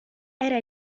era